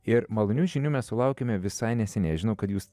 ir malonių žinių mes sulaukėme visai neseniai aš žinau kad jūs